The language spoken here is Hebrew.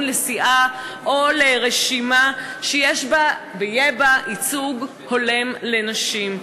לסיעה או לרשימה שיש בה ויהיה בה ייצוג הולם לנשים.